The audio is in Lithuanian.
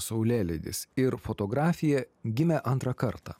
saulėlydis ir fotografija gimė antrą kartą